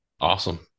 Awesome